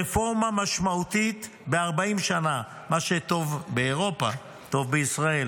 רפורמה משמעותית ב-40 שנה: מה שטוב באירופה טוב בישראל.